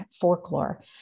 folklore